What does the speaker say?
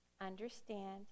understand